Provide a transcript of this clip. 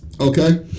okay